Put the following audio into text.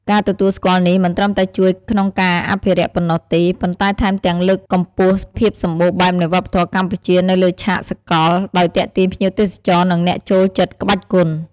ការទទួលស្គាល់នេះមិនត្រឹមតែជួយក្នុងការអភិរក្សប៉ុណ្ណោះទេ ប៉ុន្តែថែមទាំងលើកកម្ពស់ភាពសម្បូរបែបនៃវប្បធម៌កម្ពុជានៅលើឆាកសកល ដោយទាក់ទាញភ្ញៀវទេសចរ និងអ្នកចូលចិត្តក្បាច់គុន។